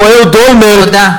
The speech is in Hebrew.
אהוד אולמרט תודה.